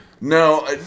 No